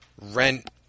Rent